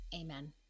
Amen